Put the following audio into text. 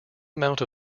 amount